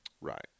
Right